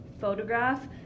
photograph